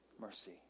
mercy